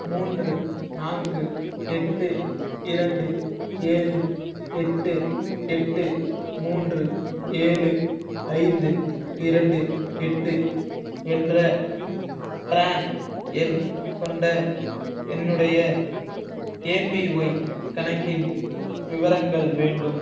மூன்று நான்கு எட்டு இரண்டு ஏழு எட்டு எட்டு மூன்று ஏழு ஐந்து இரண்டு எட்டு என்ற ப்ரான் எண் கொண்ட என்னுடைய ஏபிஒய் கணக்கின் விவரங்கள் வேண்டும்